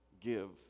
give